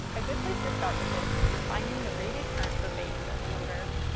a good place to start with this is finding the rated current per phase of the motor.